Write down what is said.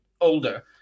older